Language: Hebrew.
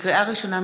לקריאה ראשונה,